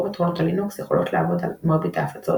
רוב תוכנות הלינוקס יכולות לעבוד על מרבית ההפצות,